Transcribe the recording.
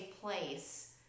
place